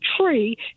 tree